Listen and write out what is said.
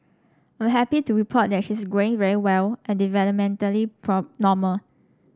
I'm happy to report that she's growing very well and developmentally normal